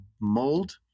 mold